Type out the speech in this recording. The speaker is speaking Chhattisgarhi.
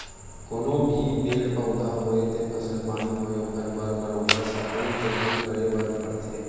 कोनो भी पेड़ पउधा होवय ते फसल पानी होवय ओखर बर बरोबर सकल जतन करे बर परथे